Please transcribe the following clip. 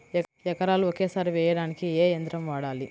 ఎకరాలు ఒకేసారి వేయడానికి ఏ యంత్రం వాడాలి?